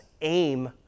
aim